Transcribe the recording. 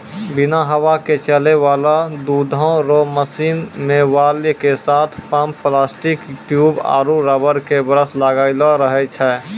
बिना हवा के चलै वाला दुधो रो मशीन मे वाल्व के साथ पम्प प्लास्टिक ट्यूब आरु रबर के ब्रस लगलो रहै छै